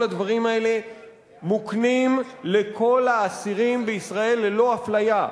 כל הדברים האלה מוקנים לכל האסירים בישראל ללא אפליה,